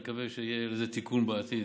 ואני מקווה שיהיה לזה תיקון בעתיד,